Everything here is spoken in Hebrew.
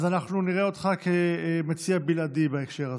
אז אנחנו נראה אותך כמציע בלעדי בהקשר הזה.